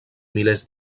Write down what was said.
milers